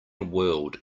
whirled